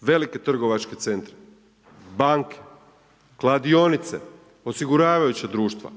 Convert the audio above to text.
velike trgovačke centre, banke, kladionice, osiguravajuća društva,